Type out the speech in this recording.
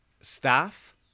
staff